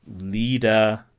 leader